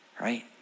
Right